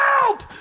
Help